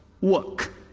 work